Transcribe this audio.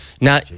Now